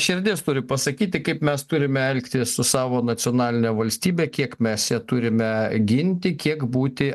širdis turi pasakyti kaip mes turime elgtis su savo nacionaline valstybe kiek mes ją turime ginti kiek būti